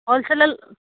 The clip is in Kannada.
ಹೋಲ್ ಸೇಲಲ್ಲಿ